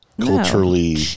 culturally